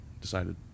decided